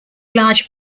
large